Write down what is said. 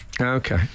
Okay